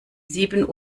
sieben